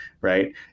Right